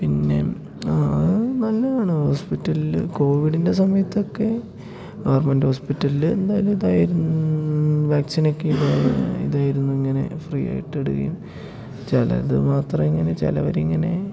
പിന്നെ ആ നല്ലതാണ് ഹോസ്പിറ്റൽല് കോവിഡിന്റെ സമയത്ത് ഒക്കെ ഗവർമെൻറ്റ് ഹോസ്പിറ്റൽല് എന്തായാലും ഇതായിരുന്നു വാക്സിനൊക്കെ ഇതാ ഇതായിരുന്ന് ഇങ്ങനെ ഫ്രീയായിട്ട് ഇടുകയും ചിലത് മാത്രം ഇങ്ങനെ ചിലവർ ഇങ്ങനെ